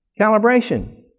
Calibration